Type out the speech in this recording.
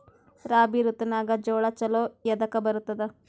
ರಾಬಿ ಋತುನಾಗ್ ಜೋಳ ಚಲೋ ಎದಕ ಬರತದ?